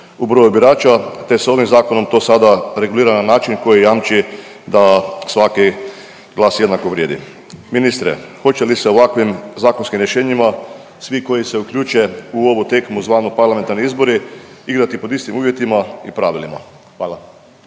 u broju birača te se ovim zakonom to sada regulira na način koji jamči da svaki glas jednako vrijedi. Ministre hoće li se ovakvim zakonskim rješenjima svi koji se uključe u ovu tekmu zvanu parlamentarni izbori igrati pod istim uvjetima i pravilima? Hvala.